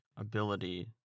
ability